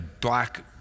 black